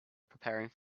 preparing